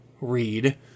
read